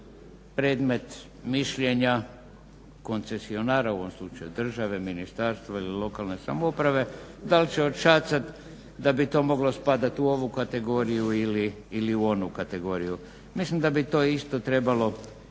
predmet mišljenja koncesionara u ovom slučaju države, ministarstvo ili lokalne uprave da li će odšacati da bi to moglo spadati u ovu kategoriju ili u onu kategoriju. Mislim da bi to isto trebalo